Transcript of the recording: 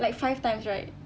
like five times right